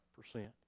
percent